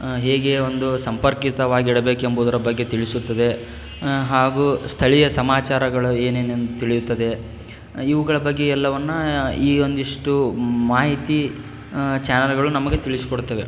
ಹೇಗೆ ಒಂದು ಸಂಪರ್ಕಿತವಾಗಿ ಇಡಬೇಕೆಂಬುದರ ಬಗ್ಗೆ ತಿಳಿಸುತ್ತದೆ ಹಾಗೂ ಸ್ಥಳೀಯ ಸಮಾಚಾರಗಳು ಏನೇನೆಂದು ತಿಳಿಯುತ್ತದೆ ಇವುಗಳ ಬಗ್ಗೆ ಎಲ್ಲವನ್ನು ಈ ಒಂದಿಷ್ಟು ಮಾಹಿತಿ ಚಾನೆಲ್ಗಳು ನಮಗೆ ತಿಳಿಸಿಕೊಡ್ತವೆ